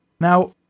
Now